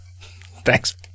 Thanks